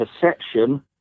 perception